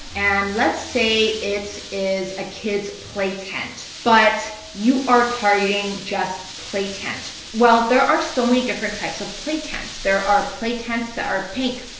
and let's say it is a kids play tent but you are targeting just play tent. well, there are so many different types of play tents. there are play tents that are pink.